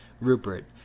Rupert